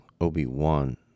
Obi-Wan